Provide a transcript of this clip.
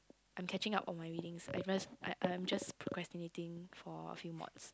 I'm catching up on my readings I must I I am just procrastinating for a few mods